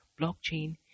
blockchain